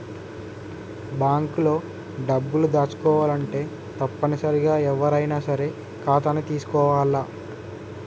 bank లో డబ్బులు దాచుకోవాలంటే తప్పనిసరిగా ఎవ్వరైనా సరే ఖాతాని తీసుకోవాల్ల